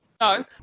No